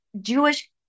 Jewish